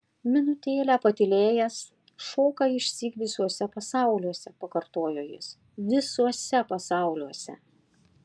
minutėlę patylėjęs šoka išsyk visuose pasauliuose pakartojo jis visuose pasauliuose